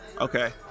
Okay